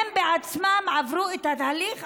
הם בעצמם עברו את התהליך,